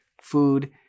food